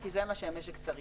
כי זה מה שהמשק צריך,